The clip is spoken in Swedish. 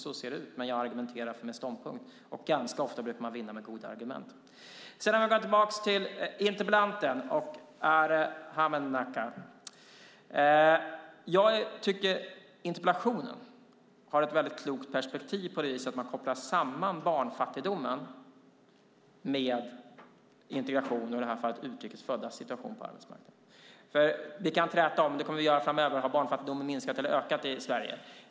Så ser det ut, men jag argumenterar för min ståndpunkt. Ganska ofta brukar man vinna med goda argument. Låt mig gå tillbaka till interpellanten Arhe Hamednaca. Jag tycker att interpellationen har ett mycket klokt perspektiv på det viset att den kopplar samman barnfattigdom med integration och i det här fallet utrikesföddas situation på arbetsmarknaden. Vi kan träta om, och det kommer vi att göra framöver, barnfattigdomen har minskat eller ökat i Sverige.